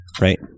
Right